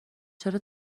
چرا